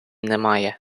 немає